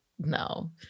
No